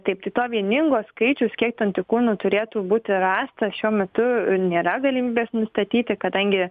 taip tai to vieningos skaičius kiek antikūnų turėtų būti rasta šiuo metu nėra galimybės nustatyti kadangi